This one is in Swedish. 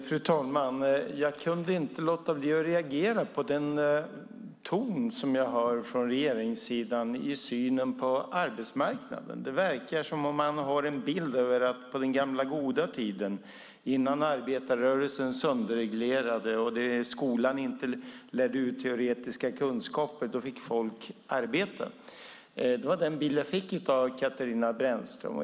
Fru talman! Jag kunde inte låta bli att reagera på den ton som jag hör från regeringssidan i synen på arbetsmarknaden. Det verkar som om man har en bild av att på den gamla goda tiden, innan arbetarrörelsen sönderreglerade och skolan lärde ut teoretiska kunskaper, fick folk arbeten. Det var den bild jag fick av Katarina Brännström.